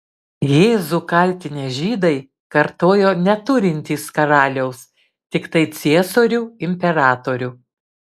jėzų kaltinę žydai kartojo neturintys karaliaus tiktai ciesorių imperatorių